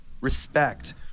respect –